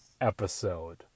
episode